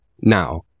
Now